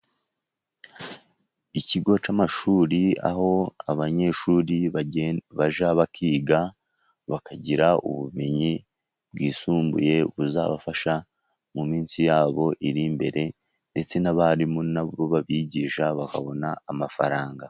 Ikigo cy'amashuri, aho abanyeshuri bajya bakiga bakagira ubumenyi bwisumbuye buzabafasha, mu minsi yabo iri imbere ndetse n'abarimu na bo babigisha bakabona amafaranga.